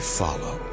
follow